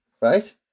right